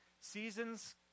seasons